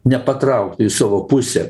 nepatrauktų į savo pusę